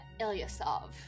Ilyasov